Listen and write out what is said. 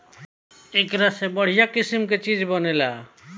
एकरा से बढ़िया किसिम के चीज बनेला